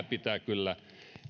pitää kyllä